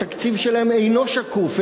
התקציב שלהן אינו שקוף,